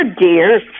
dear